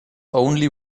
only